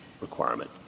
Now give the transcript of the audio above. requirement